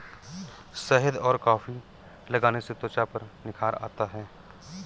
शहद और कॉफी लगाने से त्वचा पर निखार आता है